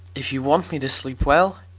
if you want me to sleep well!